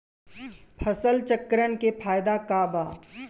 फसल चक्रण के फायदा का बा?